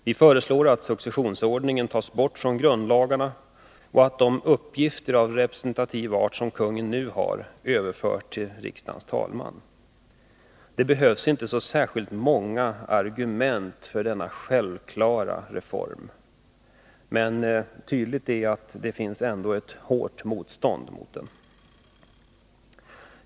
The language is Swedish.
Vi föreslår att successionsordningen tas bort från grundlagarna och att de uppgifter av representativ art som kungen nu har överförs till riksdagens talman. Det behövs inte särskilt många argument för denna självklara reform, men tydligt är att det ändå finns ett hårt motstånd mot den.